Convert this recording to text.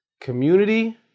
community